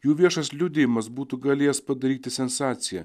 jų viešas liudijimas būtų galėjęs padaryti sensaciją